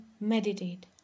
meditate